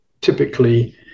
typically